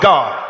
God